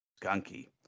Skunky